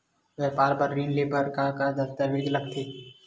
व्यापार बर ऋण ले बर का का दस्तावेज लगथे?